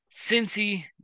Cincy